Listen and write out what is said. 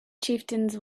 chieftains